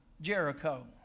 Jericho